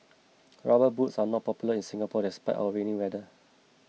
rubber boots are not popular in Singapore despite our rainy weather